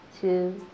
two